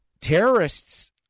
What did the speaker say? terrorists